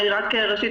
ראשית,